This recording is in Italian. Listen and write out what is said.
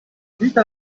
vita